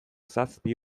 zazpi